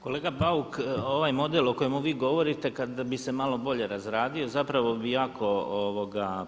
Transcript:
Kolega Bauk, ovaj model o kojemu vi govorite kada bi se malo bolje razradio zapravo bi jako